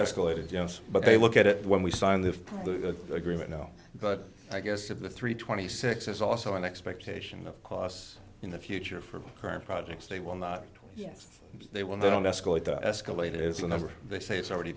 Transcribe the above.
escalated yes but they look at it when we signed the agreement now but i guess of the three to twenty six is also an expectation of costs in the future for current projects they will not yes they will then escalate to escalate is the number they say it's already